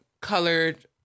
colored